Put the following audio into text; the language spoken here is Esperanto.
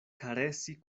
karesi